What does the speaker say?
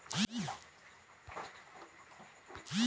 पत्ता काहे सिकुड़े छई?